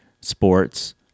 sports